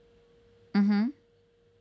mm hmm